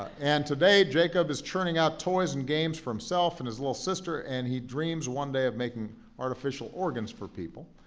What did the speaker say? and today, jacob is churning out toys and games for himself and his little sister, and he dreams one day of making artificial organs for people.